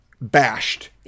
bashed